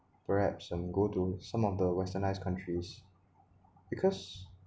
perhaps um go to some of the westernized countries because